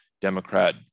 Democrat